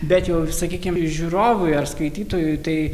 bet jau sakykim žiūrovui ar skaitytojui tai